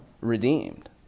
redeemed